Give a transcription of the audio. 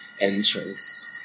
entrance